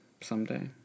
Someday